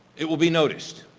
it will be noticed.